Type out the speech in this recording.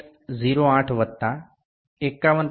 08 વત્તા 51